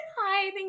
hi